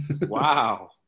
Wow